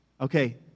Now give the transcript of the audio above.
Okay